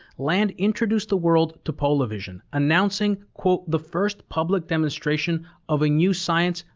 land introduced the world to polavision, announcing, the first public demonstration of a new science,